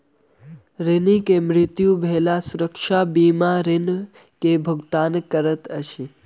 ऋणी के मृत्यु भेला सुरक्षा बीमा ऋण के भुगतान करैत अछि